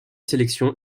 sélection